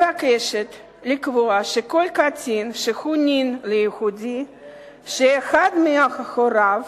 מבקשת לקבוע שכל קטין שהוא נין ליהודי ושאחד מהוריו